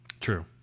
True